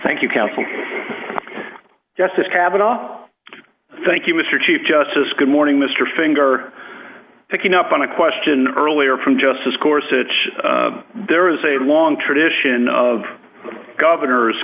thank you council yes cavanaugh thank you mr chief justice good morning mr finger picking up on a question earlier from justice course it's there is a long tradition of governors